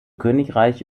königreich